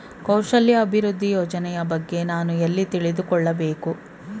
ಕೌಶಲ್ಯ ಅಭಿವೃದ್ಧಿ ಯೋಜನೆಯ ಬಗ್ಗೆ ನಾನು ಎಲ್ಲಿ ತಿಳಿದುಕೊಳ್ಳಬೇಕು?